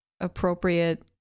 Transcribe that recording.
appropriate